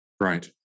Right